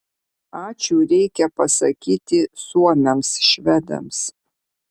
ačiū reikia pasakyti suomiams švedams